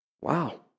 Wow